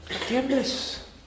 Forgiveness